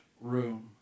room